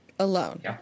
Alone